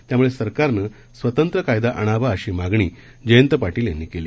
त्यामुळे सरकारनं स्वतंत्र कायदा आणावा अशी मागणी जयंत पाटील यांनी केली